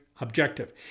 objective